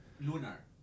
lunar